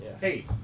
Hey